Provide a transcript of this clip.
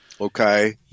Okay